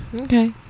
Okay